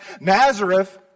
Nazareth